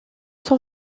son